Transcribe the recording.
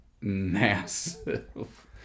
massive